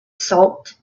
salt